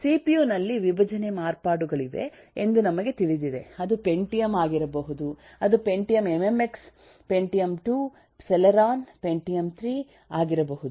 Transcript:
CPU ನಲ್ಲಿ ವಿಭಿನ್ನ ಮಾರ್ಪಾಡುಗಳಿವೆ ಎಂದು ನಮಗೆ ತಿಳಿದಿದೆ ಅದು ಪೆಂಟಿಯಮ್ ಆಗಿರಬಹುದು ಅದು Pentium MMX Pentium II Celeron Pentium III ಆಗಿರಬಹುದು